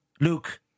Luke